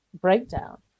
breakdown